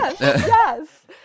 yes